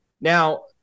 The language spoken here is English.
Now